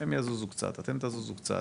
הם יזוזו קצת, אתם תזוזו קצת.